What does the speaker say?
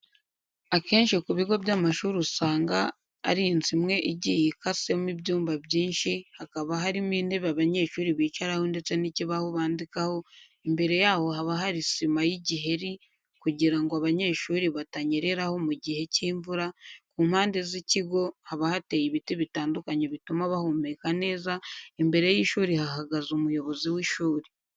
Akenshi ku bigo by'amashuri usanga ari inzu imwe igiye ikasemo ibyumba byinshi hakaba harimo intebe abanyeshuri bicaraho ndetse n'ikibaho bandikaho, imbere yaho haba hari sima y'igiheri kugira ngo abanyeshuri batanyereraho mu gihe cy'imvura, ku mpande z'ikigo haba hateye ibiti bitandukanye bituma bahumeka neza, imbere y'ishuri hahagaze umuyobozi w'ishuri.